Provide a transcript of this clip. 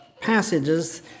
passages